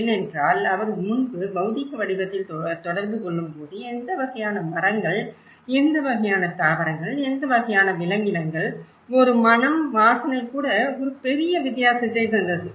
ஏனென்றால் அவர் முன்பு பௌதீக வடிவத்தில் தொடர்பு கொள்ளும்போது எந்த வகையான மரங்கள் எந்த வகையான தாவரங்கள் எந்த வகையான விலங்கினங்கள் ஒரு மணம் வாசனை கூட ஒரு பெரிய வித்தியாசத்தை தந்தது